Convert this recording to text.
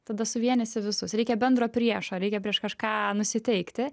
tada suvienysi visus reikia bendro priešo reikia prieš kažką nusiteikti